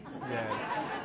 Yes